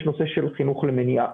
יש נושא של חינוך ומניעה.